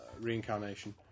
reincarnation